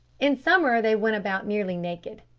in summer they went about nearly naked.